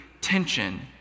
tension